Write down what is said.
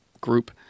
group